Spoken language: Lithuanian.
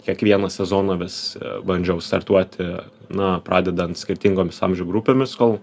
kiekvieną sezoną vis bandžiau startuoti na pradedant skirtingoms amžių grupėmis kol